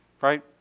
right